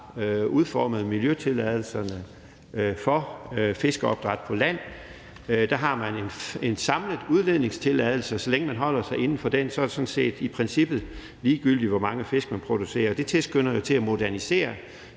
udformet miljøtilladelserne for fiskeopdræt på land på, er dog sådan, at der har man en samlet udledningstilladelse, og så længe man holder sig inden for den, er det sådan set i princippet ligegyldigt, hvor mange fisk man producerer. Det tilskynder jo til at modernisere